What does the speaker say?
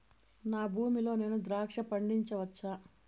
నా భూమి లో నేను ద్రాక్ష పండించవచ్చా?